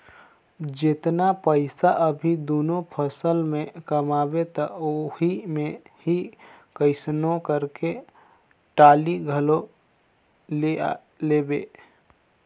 जेतना पइसा अभी दूनो फसल में कमाबे त ओही मे ही कइसनो करके टाली घलो ले लेबे